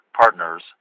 Partners